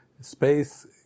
Space